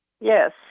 Yes